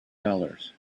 dollars